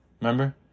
Remember